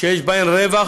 שיש בהן רווח,